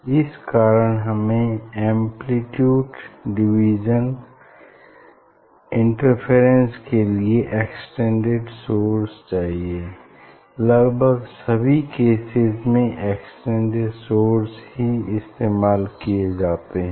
इस कारण हमें एम्प्लीट्यूड डिवीज़न इंटरफेरेंस के लिए एक्सटेंडेड सोर्स चाहिए लगभग सभी केसेस में एक्सटेंडेड सोर्स ही इस्तेमाल किये जाते हैं